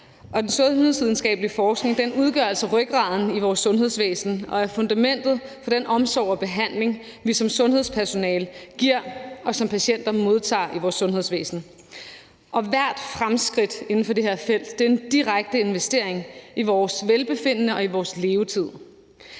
Den sundhedsvidenskabelige forskning udgør altså rygraden i vores sundhedsvæsen og er fundamentet for den omsorg og behandling, som sundhedspersonalet giver, og som patienterne modtager i vores sundhedsvæsen. Og hvert fremskridt inden for det her felt er en direkte investering i vores velbefindende og i vores levetid.